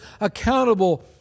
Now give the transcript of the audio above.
accountable